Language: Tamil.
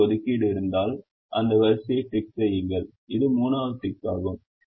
ஒரு ஒதுக்கீடு இருந்தால் அந்த வரிசையை டிக் செய்யுங்கள் இது 3 வது டிக் ஆகும்